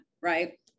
right